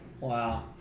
Wow